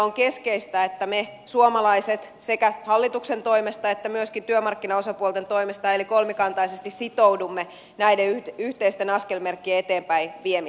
on keskeistä että me suomalaiset sekä hallituksen toimesta että myöskin työmarkkinaosapuolten toimesta eli kolmikantaisesti sitoudumme näiden yhteisten askelmerkkien eteenpäinviemiseen